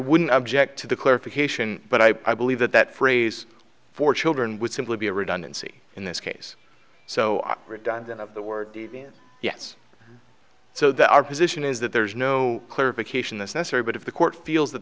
wouldn't object to the clarification but i believe that that phrase for children would simply be a redundancy in this case so are redundant of the word yes so that our position is that there's no clarification this necessary but if the court feels that